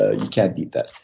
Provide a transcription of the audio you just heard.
ah you can't beat that.